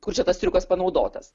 kur čia tas triukas panaudotas